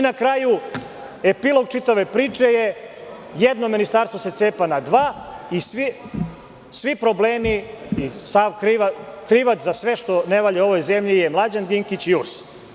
Na kraju, epilog čitave priče je da se jedno ministarstvo cepa na dva i svi problemi i krivac za sve što ne valja u ovoj zemlji je Mlađan Dinkić i URS.